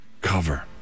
cover